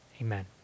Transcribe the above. Amen